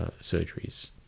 surgeries